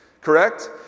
Correct